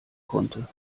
konnte